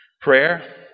prayer